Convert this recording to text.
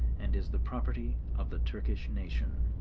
and is the property of the turkish nation.